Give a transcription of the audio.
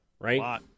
Right